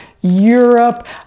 Europe